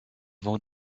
vont